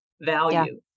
value